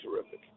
terrific